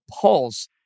Pulse